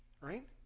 Right